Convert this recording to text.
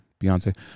Beyonce